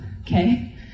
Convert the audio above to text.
Okay